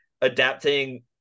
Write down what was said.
Adapting